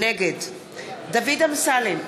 נגד דוד אמסלם,